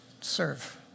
Serve